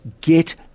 get